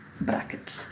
brackets